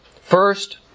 First